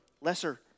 lesser